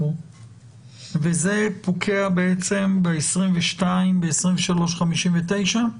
זה פוקע ב-22 בשעה 23:59?